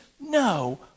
no